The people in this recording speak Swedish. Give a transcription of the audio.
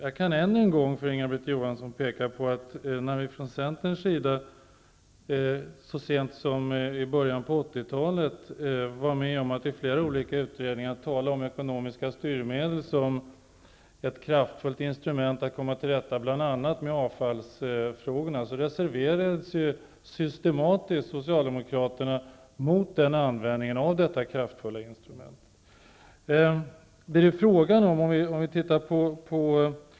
Jag kan än en gång påpeka för Inga-Britt Johansson att vi från Centerns sida så sent som i början av 80 talet i flera olika utredningar talade om ekonomiska styrmedel som ett kraftfullt instrument för att komma till rätta med bl.a. avfallsfrågorna. Då reserverade sig Socialdemokraterna systematiskt mot den användningen av detta kraftfulla instrument. Herr talman!